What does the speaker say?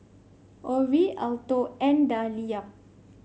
Orie Alto and Dalia